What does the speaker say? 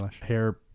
hair